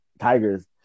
tigers